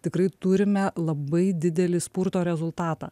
tikrai turime labai didelį spurto rezultatą